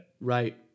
Right